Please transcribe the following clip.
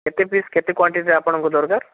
କେତେ ପିସ୍ କେତେ କ୍ଵାଣ୍ଟିଟିରେ ଆପଣଙ୍କୁ ଦରକାର